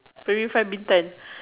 primary five Bintan